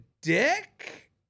dick